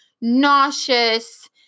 nauseous